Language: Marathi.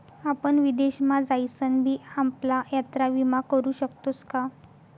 आपण विदेश मा जाईसन भी आपला यात्रा विमा करू शकतोस का?